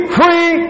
free